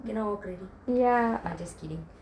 can or credi~ I'm just kidding